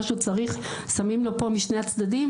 שהוא צריך שמים לו פה משני הצדדים,